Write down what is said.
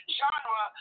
genre